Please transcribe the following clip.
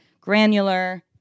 granular